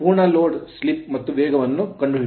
ಪೂರ್ಣ load load slip slip ಮತ್ತು ವೇಗವನ್ನು ಹುಡುಕಿ